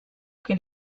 che